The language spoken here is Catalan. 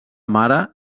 mare